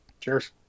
Cheers